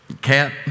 cat